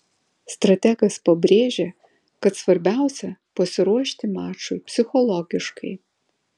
strategas pabrėžė kad svarbiausia pasiruošti mačui psichologiškai